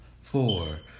four